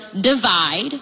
divide